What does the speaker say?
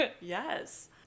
Yes